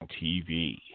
TV